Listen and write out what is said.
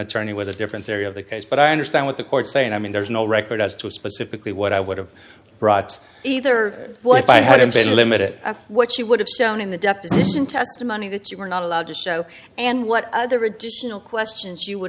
attorney with a different theory of the case but i understand what the court saying i mean there's no record as to specifically what i would have brought either way if i hadn't been limited what you would have shown in the deposition testimony that you were not allowed to show and what other additional questions you would